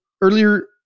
earlier